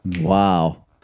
Wow